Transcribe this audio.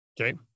Okay